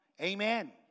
Amen